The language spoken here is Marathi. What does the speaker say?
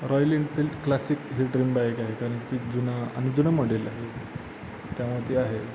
रॉयल एनफिल्ड क्लासिक ही ड्रीम बाईक आहे कारण ती जुना आणि जुनं मॉडेल आहे त्यामध्ये आहे